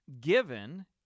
given